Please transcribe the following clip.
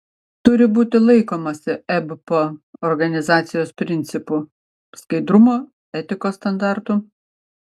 turi būti laikomasi ebpo organizacijos principų skaidrumo etikos standartų